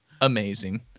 Amazing